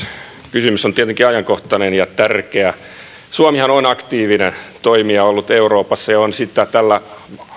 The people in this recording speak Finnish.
kysymys on tietenkin ajankohtainen ja tärkeä suomihan on ollut aktiivinen toimija euroopassa ja on sitä tällä